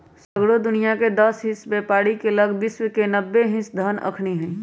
सगरो दुनियाँके दस हिस बेपारी के लग विश्व के नब्बे हिस धन अखनि हई